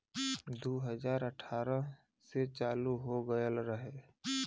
दू हज़ार अठारह से चालू हो गएल रहे